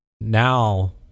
Now